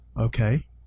Okay